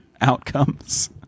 outcomes